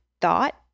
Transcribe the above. thought